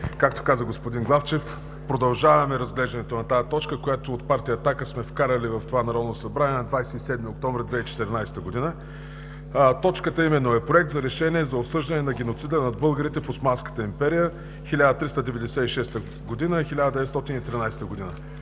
както каза господин Главчев, продължаваме разглеждането на тази точка, която от Партия „Атака“ сме вкарали в това Народно събрание на 27 октомври 2014 г. Точката е: „Проект за решение за осъждане на геноцида над българите в Османската империя 1396 - 1913 г.“